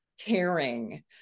caring